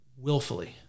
willfully